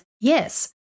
yes